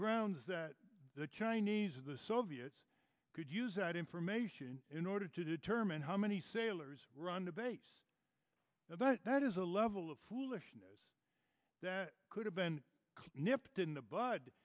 grounds that the chinese or the soviets could use that information in order to determine how many sailors run the base no but that is a level of foolishness that could have been nipped in the bud